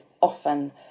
often